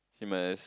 she must